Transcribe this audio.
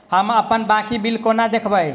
हम अप्पन बाकी बिल कोना देखबै?